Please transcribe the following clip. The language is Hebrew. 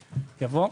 ב-יבור,